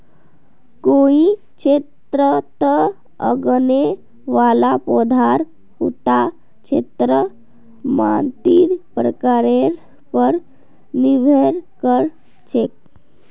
कोई क्षेत्रत उगने वाला पौधार उता क्षेत्रेर मातीर प्रकारेर पर निर्भर कर छेक